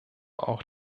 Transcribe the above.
auch